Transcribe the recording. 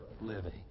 living